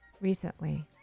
recently